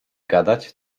gadać